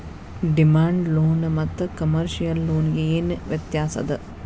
Demand loan ಮತ್ತ commercial loan ಗೆ ಏನ್ ವ್ಯತ್ಯಾಸದ?